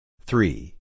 three